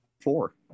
four